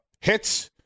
hits